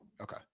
Okay